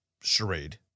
charade